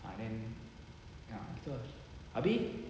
ah then ah gitu ah abeh